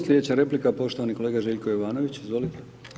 Slijedeća replika poštovani kolega Željko Jovanović, izvolite.